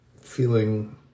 feeling